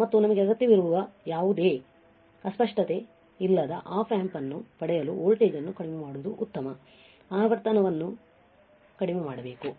ಮತ್ತು ನಮಗೆ ಅಗತ್ಯವಿರುವ ಯಾವುದೇ ಅಸ್ಪಷ್ಟತೆ ಇಲ್ಲದ ಆಪ್ ಆಂಪ್ ಅನ್ನು ಪಡೆಯಲು ವೋಲ್ಟೇಜ್ ಅನ್ನು ಕಡಿಮೆ ಮಾಡುವುದು ಮತ್ತು ಆವರ್ತನವನ್ನು ಕಡಿಮೆ ಮಾಡಬೇಕು